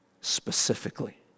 specifically